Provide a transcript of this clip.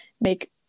make